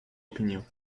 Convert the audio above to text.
opinion